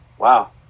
Wow